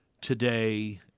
today